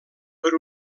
per